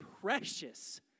precious